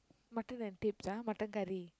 mutton and tips ah mutton curry